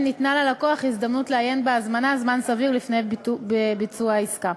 ניתנה ללקוח הזדמנות לעיין בהזמנה זמן סביר לפני ביצוע העסקה.